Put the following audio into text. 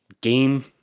game